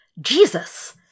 Jesus